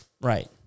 Right